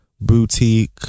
boutique